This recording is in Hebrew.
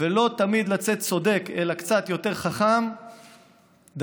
ולא תמיד לצאת צודק אלא קצת יותר חכם, דיינו.